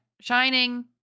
Shining